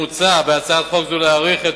מוצע בהצעת חוק זו להאריך את